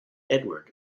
edward